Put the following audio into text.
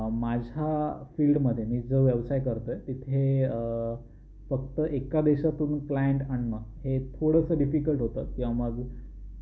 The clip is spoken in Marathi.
माझ्या फिल्डमध्ये मी जो व्यवसाय करतो आहे तिथे फक्त एका देशातून क्लाएंट आणणं हे थोडंसं डिफिकल्ट होतं किंवा मग